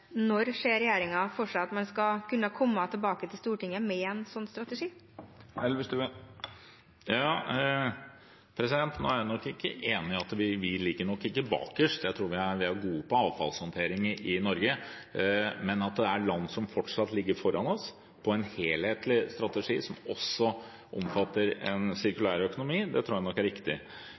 Stortinget med en slik strategi. Nå er jeg nok ikke enig i at vi ligger bakerst, jeg tror vi er gode på avfallshåndtering i Norge. Men at det er land som fortsatt ligger foran oss på en helhetlig strategi, som også omfatter en sirkulær økonomi, tror jeg nok er riktig.